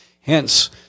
Hence